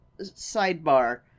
sidebar